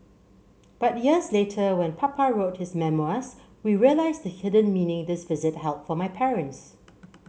but years later when Papa wrote his memoirs we realised the hidden meaning this visit held for my parents